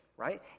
right